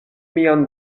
mian